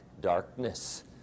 Darkness